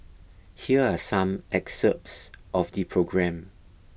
here are some excerpts of the programme